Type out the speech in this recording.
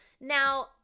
Now